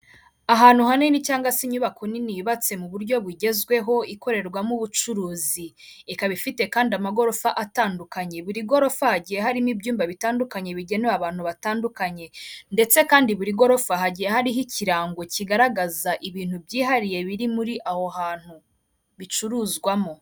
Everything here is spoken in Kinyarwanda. Ahantu hanini cyangwa se inyubako nini yubatse mu buryo bugezweho ikorerwamo ubucuruzi, ikaba ifite kandi amagorofa atandukanye, buri gorofa hagiye harimo ibyumba bitandukanye bigenewe abantu batandukanye, ndetse kandi buri gorofa hagiye hariho ikirango kigaragaza ibintu byihariye biri muri aho hantu, bicuruzwamo.